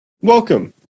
Welcome